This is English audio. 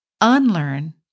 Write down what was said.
unlearn